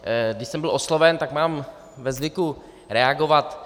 Když jsem byl osloven, tak mám ve zvyku reagovat.